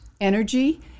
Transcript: energy